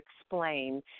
explain